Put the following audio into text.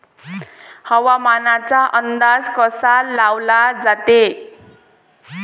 हवामानाचा अंदाज कसा लावला जाते?